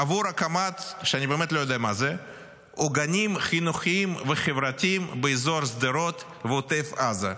עבור הקמת עוגנים חינוכיים וחברתיים באזור שדרות ועוטף עזה,